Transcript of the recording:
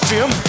Jim